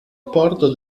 porto